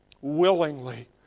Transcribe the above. willingly